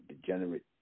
degenerate